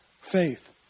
faith